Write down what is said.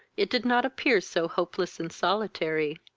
it did not appear so hopeless and solitary.